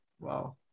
Wow